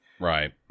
Right